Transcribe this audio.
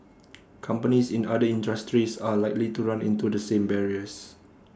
companies in other industries are likely to run into the same barriers